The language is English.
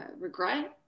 regret